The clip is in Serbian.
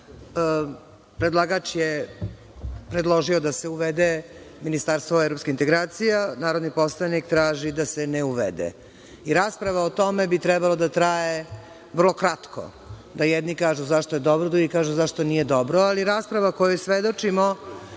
Predlagač je predložio da se uvede ministarstvo evropskih integracija, narodni poslanik traži da se ne uvede. Rasprava o tome bi trebalo da traje vrlo kratko, da jedni kažu zašto je dobro, drugi kažu zašto nije dobro. Ali rasprava koju svedočimo,